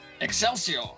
Excelsior